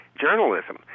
journalism